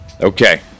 Okay